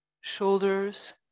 shoulders